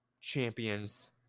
champions